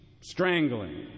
strangling